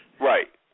Right